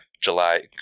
July